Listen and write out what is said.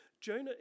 Jonah